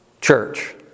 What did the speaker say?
church